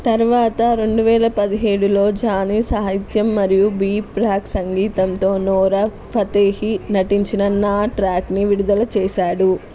తర్వాత రెండు వేల పదిహేడులో జానీ సాహిత్యం మరియు బి ప్రాక్ సంగీతంతో నోరా ఫతేహి నటించిన నా ట్రాక్ని విడుదల చేశాడు